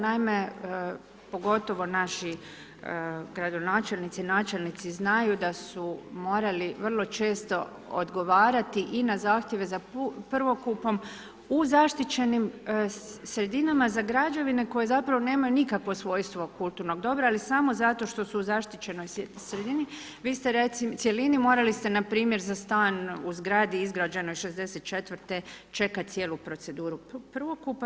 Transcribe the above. Naime, pogotovo naši gradonačelnici, načelnici znaju da su morali vrlo često odgovarati i na zahtjeve za prvokupom u zaštićenim sredinama za građevine koje zapravo nemaju nikakvo svojstvo kulturnog dobra, ali samo zato što su u zaštićenoj cjelini, morali ste npr. za stan u zgradi izgrađenoj 1964. čekati cijelu proceduru prvokupa.